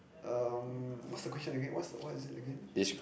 um what's the question again what's what is it again